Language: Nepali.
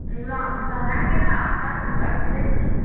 ल हुन्छ राखेँ ल हत्तार छ लुगाहरू धुँदैछु